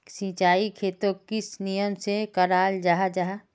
सिंचाई खेतोक किस नियम से कराल जाहा जाहा?